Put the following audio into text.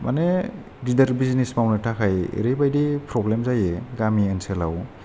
माने गिदिर बिजिनेस मावनो थाखाय ओरैबायदि प्र'ब्लेम जायो गामि ओनसोलाव